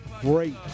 great